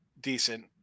decent